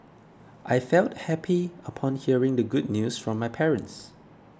I felt happy upon hearing the good news from my parents